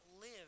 live